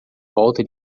volta